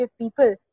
people